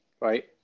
right